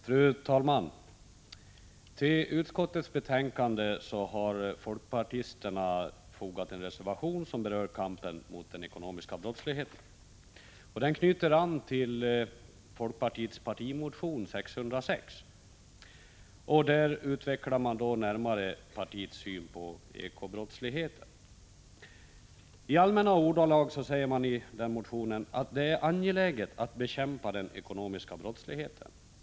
Fru talman! Till utskottets betänkande 22 har de folkpartistiska ledamöterna fogat en reservation som berör kampen mot den ekonomiska brottsligheten. Den knyter an till folkpartiets partimotion Ju606, som närmare utvecklar partiets syn på hur ekobrotten bör bekämpas. I allmänna ordalag säger man i motionen: ”Det är angeläget att bekämpa ekonomisk brottslighet”.